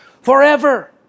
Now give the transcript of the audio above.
forever